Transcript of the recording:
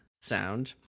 sound